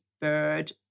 bird